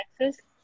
Texas